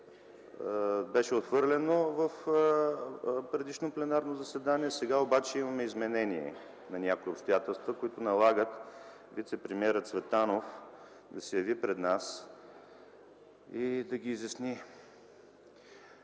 Беше отхвърлено в предишното пленарно заседание. Сега обаче има изменение на някои обстоятелства, които налагат вицепремиерът Цветанов да се яви пред нас и да ги изясни.